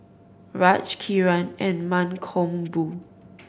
Raj Kiran and Mankombu